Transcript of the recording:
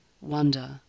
Wonder